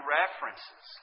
references